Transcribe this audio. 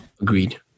Agreed